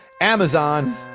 Amazon